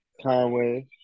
Conway